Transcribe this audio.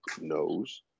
knows